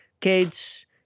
kids